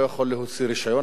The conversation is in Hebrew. לא יכול להוציא רשיון,